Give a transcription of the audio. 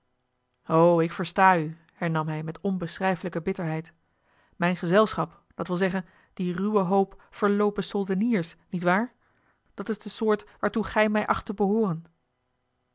ik versta u hernam hij met onbeschrijfelijke bitterheid mijn gezelschap dat wil zeggen dien ruwen hoop verloopen soldeniers niet waar dat is de soort waartoe gij mij acht te behooren